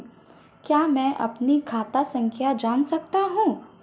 क्या मैं अपनी खाता संख्या जान सकता हूँ?